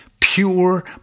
pure